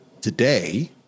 today